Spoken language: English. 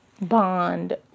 bond